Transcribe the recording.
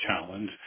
challenge